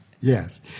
Yes